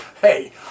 Hey